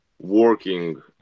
working